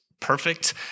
Perfect